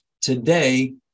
today